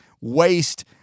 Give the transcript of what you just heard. waste